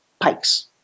Pikes